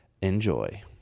Enjoy